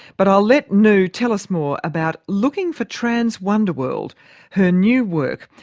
but i'll let noo tell us more about looking for transwonderland her new work.